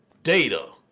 data.